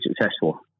successful